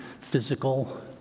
physical